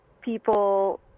People